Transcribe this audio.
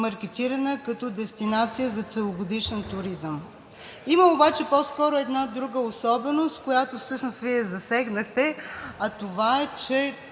като дестинация за целогодишен туризъм. Има обаче по-скоро една друга особеност, която всъщност Вие засегнахте, а това е, че,